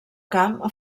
camp